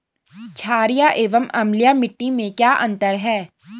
छारीय एवं अम्लीय मिट्टी में क्या अंतर है?